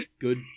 good